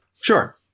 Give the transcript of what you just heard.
Sure